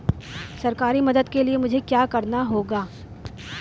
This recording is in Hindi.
सरकारी मदद के लिए मुझे क्या करना होगा?